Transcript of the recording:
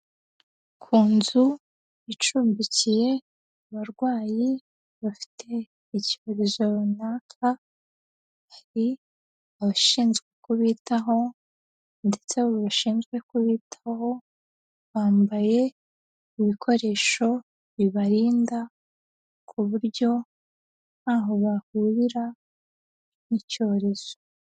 Ku nzu icumbikiye abarwayi bafite icyorezo runaka, hari abashinzwe kubitaho ndetse abo bashinzwe kubitaho bambaye ibikoresho bibarinda ku buryo ntaho bahurira n'icyorezo.